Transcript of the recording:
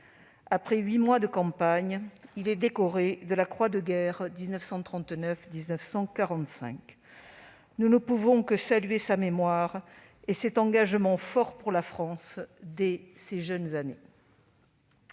Après huit mois de campagne, il fut décoré de la Croix de guerre 1939-1945. Nous ne pouvons que saluer sa mémoire et cet engagement fort pour la France, dès ses jeunes années.